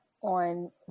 on